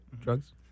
drugs